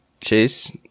Chase